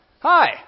Hi